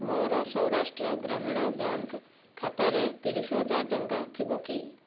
ମୋର ସୌରାଷ୍ଟ୍ର ଗ୍ରାମୀଣ ବ୍ୟାଙ୍କ୍ ଖାତାରେ ତିରିଶ ହଜାର ଟଙ୍କା ଥିବ କି